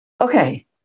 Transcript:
Okay